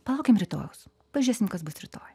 palaukim rytojaus pažiūrėsim kas bus rytoj